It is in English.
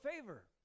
favor